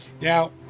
now